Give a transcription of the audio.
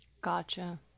Gotcha